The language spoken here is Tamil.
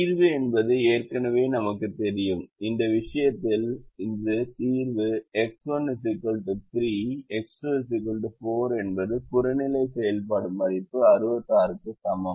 தீர்வு என்பது ஏற்கனவே நமக்குத் தெரியும் இந்த விஷயத்தில் இருந்து தீர்வு X1 3 X2 4 என்பது புறநிலை செயல்பாடு மதிப்பு 66 க்கு சமம்